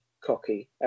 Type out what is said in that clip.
cocky